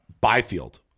Byfield